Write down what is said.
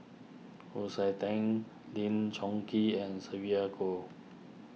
Wu Tsai Den Lim Chong Keat and Sylvia Kho